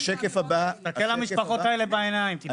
תסתכל למשפחות האלה בעיניים, תתבייש.